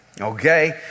okay